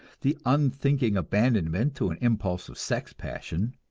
the unthinking abandonment to an impulse of sex passion.